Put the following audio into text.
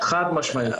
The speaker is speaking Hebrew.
חד משמעית.